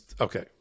Okay